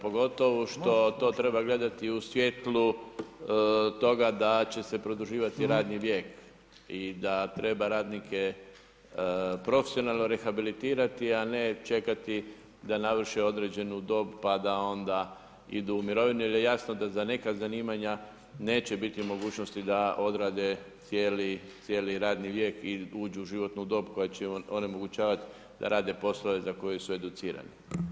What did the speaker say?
Pogotovo što to treba gledati u svjetlu toga da će se produživati radni vijek i da treba radnike profesionalno rehabilitirati, a ne čekati da navrše određenu dob pa da onda idu u mirovinu jer je jasno da za neka zanimanja neće biti mogućnosti da odrade cijeli radni vijek i uđu u životnu dob koja će onemogućavat da rade poslove za koje su educirani.